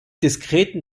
diskreten